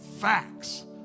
facts